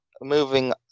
moving